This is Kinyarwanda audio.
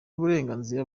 uburenganzira